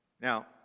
Now